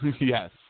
Yes